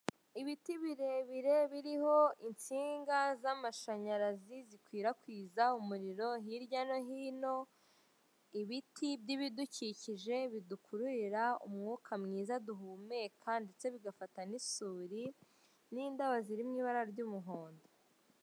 Ibiti birebire biriho insinga z'amashanyarazi zikwirakwiza umuriro hirya no hino. Ibiti byibidukikije bidukururira umwuka mwiza duhumeka ndetse bigafata n'isuri n'indabo ziri mu ibara ry'umuhondo.